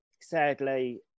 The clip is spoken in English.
sadly